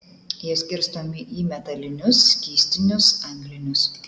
jie skirstomi į metalinius skystinius anglinius